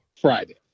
Friday